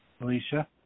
Alicia